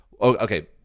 okay